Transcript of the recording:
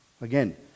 Again